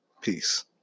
Peace